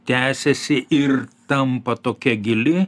tęsiasi ir tampa tokia gili